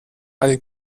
eine